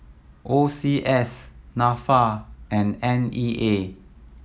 O C S Nafa and N E A